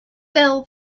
fell